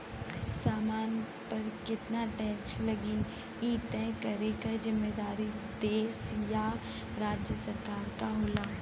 सामान पर केतना टैक्स लगी इ तय करे क जिम्मेदारी देश या राज्य सरकार क होला